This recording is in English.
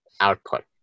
output